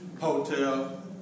hotel